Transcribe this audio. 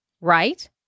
right